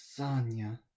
Sanya